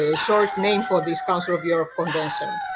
ah short name for this council of europe convention.